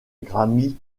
grammy